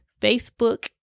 Facebook